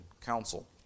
counsel